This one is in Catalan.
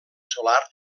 solar